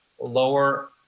lower